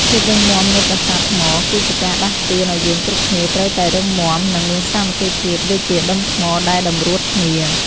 ភាពរឹងមាំនៃប្រាសាទថ្មគឺជាការដាស់តឿនឱ្យយើងគ្រប់គ្នាត្រូវតែរឹងមាំ និង មានសាមគ្គីភាពដូចជាដុំថ្មដែលតម្រួតគ្នា។